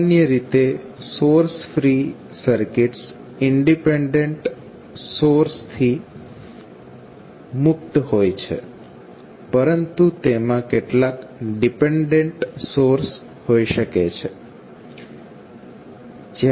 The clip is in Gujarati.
સામાન્ય રીતે source free circuits independent source થી મુક્ત હોય છે પરંતુ તેમાં કેટલાક ડિપેંડંટ સોર્સ હોઈ શકે છે